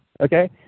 okay